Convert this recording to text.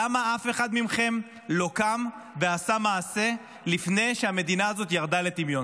למה אף אחד מכם לא קם ועשה מעשה לפני שהמלחמה הזאת ירדה לטמיון.